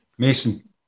Mason